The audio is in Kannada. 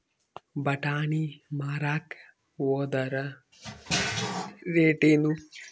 ಬಟಾನಿ ಮಾರಾಕ್ ಹೋದರ ರೇಟೇನು?